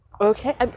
Okay